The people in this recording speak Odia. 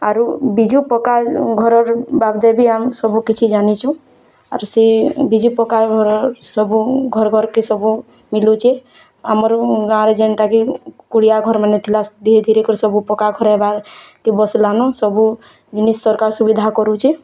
ଆରୁ ବିଜୁପକ୍କା ଘରରୁ ବାବଦେବି ଆମ୍ ସବୁ କିଛି ଜାନିଛୁଁ ଆର୍ ସେ ବିଜୁପକ୍କା ଘରର୍ ସବୁ ଘର୍ ଘର୍ କେ ସବୁ ମିଲୁଚି ଆମର୍ ଗାଁରେ ଯେନ୍ଟାକି କୁଡ଼ିଆ ଘର୍ମାନେ ଥିଲା ଧିରେ ଧିରେ କରି ସବୁ ପକ୍କାଘର୍ ହେବାର୍ କେ ବସିଲାନ ସବୁ ଜିନିଷ୍ ସରକାର୍ ସୁବିଧା କରୁଛେ